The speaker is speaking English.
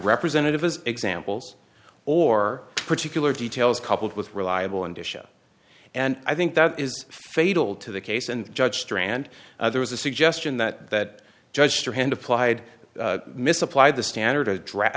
representative as examples or particular details coupled with reliable and disha and i think that is fatal to the case and judge strand there was a suggestion that that judge her hand applied misapplied the standard